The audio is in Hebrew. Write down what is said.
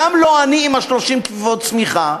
גם לא אני עם 30 כפיפות סמיכה,